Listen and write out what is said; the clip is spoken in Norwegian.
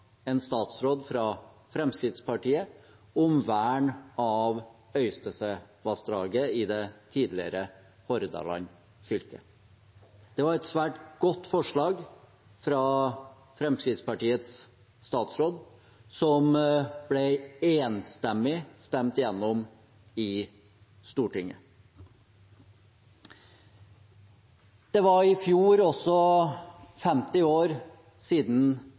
en statsråd fra Fremskrittspartiet om vern av Øystesevassdraget i tidligere Hordaland fylke. Det var et svært godt forslag fra Fremskrittspartiets statsråd, som ble enstemmig stemt igjennom i Stortinget. Det var i fjor også 50 år siden